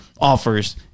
offers